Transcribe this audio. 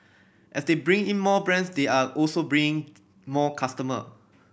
as they bring in more brands they are also bring more customer